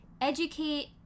educate